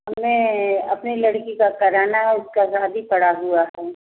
मैं अपने लड़की का कराना है उसकी शादी पड़ी हुई है